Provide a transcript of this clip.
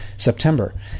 September